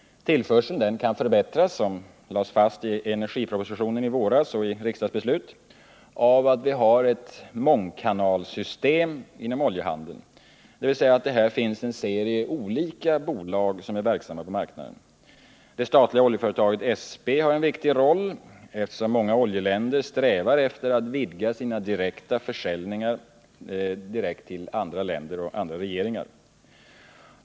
Tillförseln kan förbättras, som fastlagts i energipropositionen i våras och i riksdagsbeslut, tack vare ett mångkanalsystem, dvs. att en rad oljebolag är verksamma på marknaden. Det statliga oljeföretaget SP spelar en viktig roll, eftersom många oljeländer strävar efter att vidga sina direkta försäljningar till andra länder och till andra regeringar.